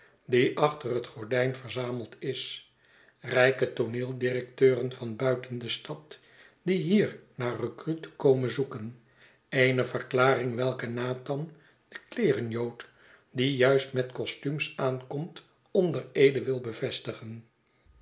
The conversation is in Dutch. die achter het gordijn verzameld is rijke tooneeldirecteuren van buiten de stad die hier naar recruten komen zoeken eene verklaring welke nathan de kleerenjood die juist met costumes aankomt onder eede wil bevestigen